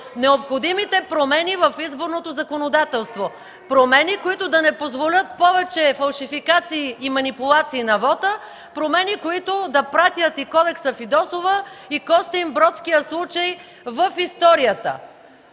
–необходимите промени в изборното законодателство. Промени, които да не позволят повече фалшификации и манипулации на вота, промени, които да пратят и Кодекса „Фидосова”, и костинбродският в историята.